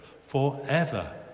forever